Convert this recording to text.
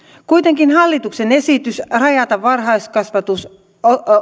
kuitenkin hallituksen esitys jossa rajataan varhaiskasvatus